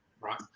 right